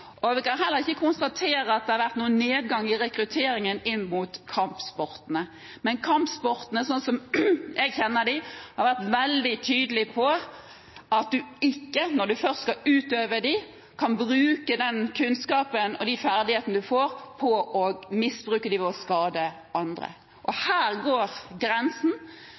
breddeidrett. Vi kan heller ikke konstatere at det har vært noen nedgang i rekrutteringen til kampsportene. Men kampsportene, slik jeg kjenner dem, har vært veldig tydelig på at man ikke – når man først skal utøve dem – kan misbruke den kunnskapen og de ferdighetene man får, til å skade andre. Her går grensen.